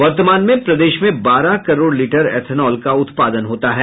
वर्तामान में प्रदेश में बारह करोड़ लीटर इथेनॉल का उत्पादन होता है